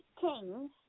kings